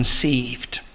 conceived